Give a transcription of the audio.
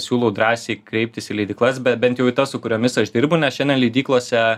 siūlau drąsiai kreiptis į leidyklas be bent jau į tas su kuriomis aš dirbu nes šiandien leidyklose